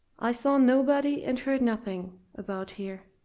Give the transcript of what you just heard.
i saw nobody and heard nothing about here,